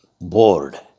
bored